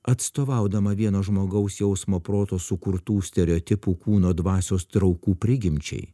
atstovaudama vieno žmogaus jausmo proto sukurtų stereotipų kūno dvasios traukų prigimčiai